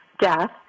death